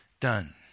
Done